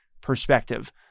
perspective